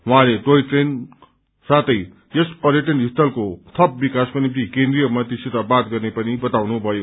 उहाँले toy train साथै यस पर्यटन स्थलको थप विकासको निम्ति केन्द्रीय मन्त्रीसित बात गर्ने पनि बताउनुभयो